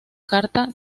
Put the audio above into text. carta